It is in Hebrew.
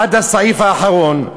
עד הסעיף האחרון,